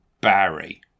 Barry